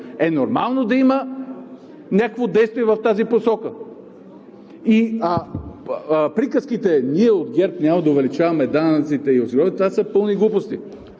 е нормално да има някакво действие в тази посока. Приказките: „Ние от ГЕРБ няма да увеличаваме данъците и осигуровките“ – са пълни глупости.